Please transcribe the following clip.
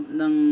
ng